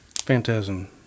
Phantasm